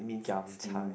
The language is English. giam cai